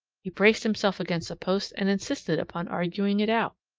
he braced himself against a post and insisted upon arguing it out.